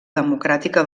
democràtica